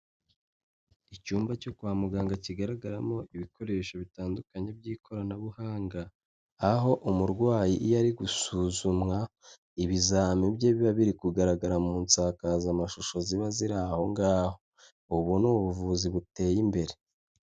Icyumba cyo kwa muganga kigaragaramo ibikoresho bitandukanye by'ikoranabuhanga aho umurwayi iyo ari gusuzumwa ibizami bye biba biri kugaragara mu nsakazamashusho ziba ziri aho ngaho, ubu ni ubuvuzi buteye imbere.